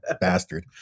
bastard